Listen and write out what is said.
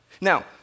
Now